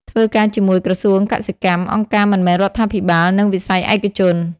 ធ្វើការជាមួយក្រសួងកសិកម្ម អង្គការមិនមែនរដ្ឋាភិបាល និងវិស័យឯកជន។